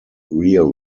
rear